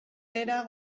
era